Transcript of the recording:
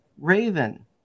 Raven